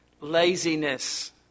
laziness